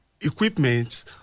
equipment